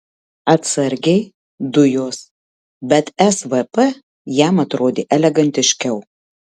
atsargiai dujos bet svp jam atrodė elegantiškiau